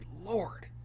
lord